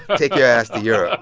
take your ass to europe